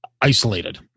isolated